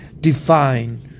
define